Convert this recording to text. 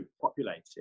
populated